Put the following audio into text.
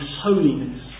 holiness